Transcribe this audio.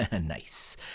Nice